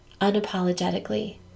unapologetically